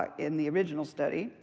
ah in the original study,